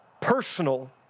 personal